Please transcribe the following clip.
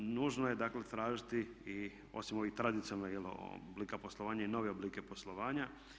Nužno je dakle tražiti i osim ovih tradicionalnih oblika poslovanja i nove oblike poslovanja.